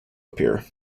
appear